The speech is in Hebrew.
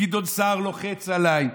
גדעון סער לוחץ עליי,